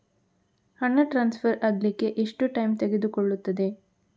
ಹಣ ಟ್ರಾನ್ಸ್ಫರ್ ಅಗ್ಲಿಕ್ಕೆ ಎಷ್ಟು ಟೈಮ್ ತೆಗೆದುಕೊಳ್ಳುತ್ತದೆ?